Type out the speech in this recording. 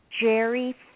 Jerry